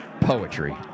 Poetry